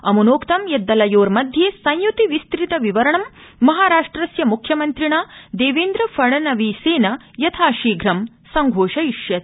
अमुनोक्तं यत् दलयोर्मध्ये संय्ति विस्तृत वितरणं महाराष्ट्रस्य म्ख्यमन्त्रिणा देवेन्द्र फडणवीसेन यथाशीघ्रं संघोषयिष्यते